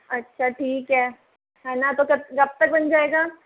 अच्छा ठीक है है न तो कब कब तक बन जाएगा